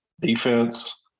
defense